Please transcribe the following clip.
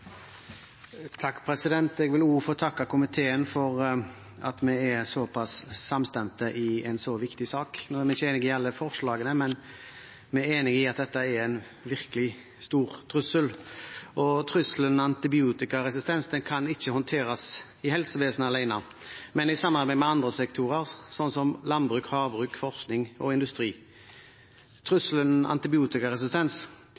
Jeg vil også få takke komiteen for at vi er såpass samstemte i en så viktig sak. Nå er vi ikke enige om alle forslagene, men vi er enige om at dette er en virkelig, stor trussel. Trusselen antibiotikaresistens kan ikke håndteres i helsevesenet alene, men i samarbeid med andre sektorer, slik som landbruk, havbruk, forskning og industri.